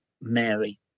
mary